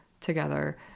together